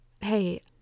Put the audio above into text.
Hey